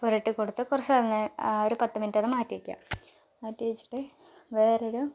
പുരട്ടിക്കൊടുത്ത് കുറച്ച് അങ്ങ് ഒരു പത്ത് മിനിറ്റ് അത് മാറ്റി വയ്ക്കുക മാറ്റി വച്ചിട്ട് വേറൊരു